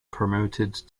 promoted